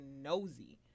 nosy